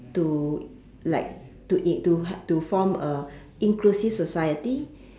to like to in to to form a inclusive society